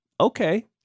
Okay